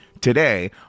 today